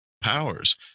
powers